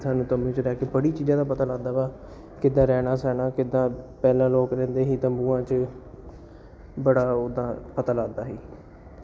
ਸਾਨੂੰ ਤੰਬੂ 'ਚ ਰਹਿ ਕੇ ਬੜੀਆਂ ਚੀਜ਼ਾਂ ਦਾ ਪਤਾ ਲਗਦਾ ਵਾ ਕਿੱਦਾਂ ਰਹਿਣਾ ਸਹਿਣਾ ਕਿੱਦਾਂ ਪਹਿਲਾਂ ਲੋਕ ਰਹਿੰਦੇ ਸੀ ਤੰਬੂਆਂ 'ਚ ਬੜਾ ਓਦਾਂ ਪਤਾ ਲੱਗਦਾ ਸੀ